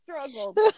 struggled